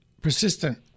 persistent